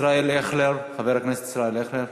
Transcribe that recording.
ישראל אייכלר, חבר הכנסת ישראל אייכלר.